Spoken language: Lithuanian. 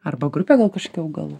arba grupė gal kažkokių augalų